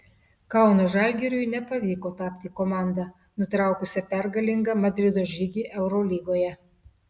kauno žalgiriui nepavyko tapti komanda nutraukusia pergalingą madrido žygį eurolygoje